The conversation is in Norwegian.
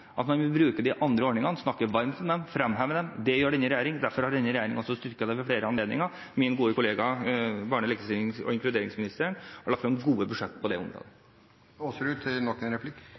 at man vil bruke de andre ordningene. Jeg vil snakke varmt om dem og fremheve dem. Det gjør denne regjeringen. Derfor har regjeringen også styrket dem ved flere anledninger. Min gode kollega, barne-, likestillings- og inkluderingsministeren, har lagt frem gode budsjett på det